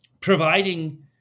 providing